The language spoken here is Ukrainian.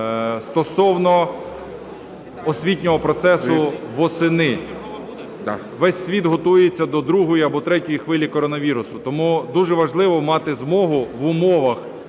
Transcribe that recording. Стосовно освітнього процесу восени. Весь світ готується до другої або третьої хвилі коронавірусу, тому дуже важливо мати змогу в умовах